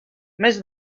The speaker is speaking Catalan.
més